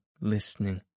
listening